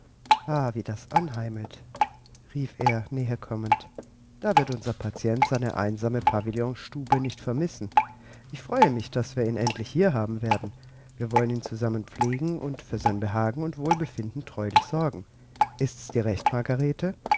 wie das anheimelt rief er näherkommend da wird unser patient seine einsame pavillonstube nicht vermissen ich freue mich daß wir ihn endlich hier haben werden wir wollen ihn zusammen pflegen und für sein behagen und wohlbefinden treulich sorgen ist dir's recht